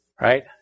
Right